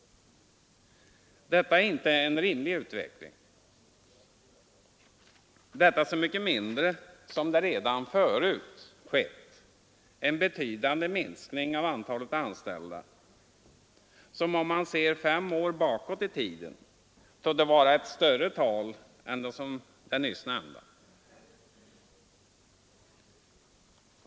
Detta är inte en rimlig utveckling — detta så mycket mindre som det redan förut skett en betydande minskning av antalet anställda. På de senaste fem åren torde antalet anställda ha minskat med ett ännu större tal än det här nyss nämnda.